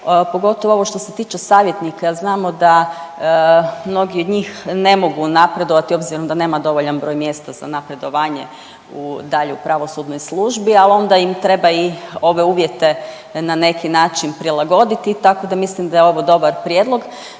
pogotovo ovo što se tiče savjetnika. Znamo da mnogi od njih ne mogu napredovati obzirom da nema dovoljan broj mjesta za napredovanje u dalje u pravosudnoj službi, al onda im treba i ove uvjete na neki način prilagoditi tako da mislim da je ovo dobar prijedlog.